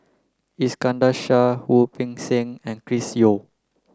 Iskandar Shah Wu Peng Seng and Chris Yeo